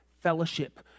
fellowship